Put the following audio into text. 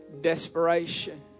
desperation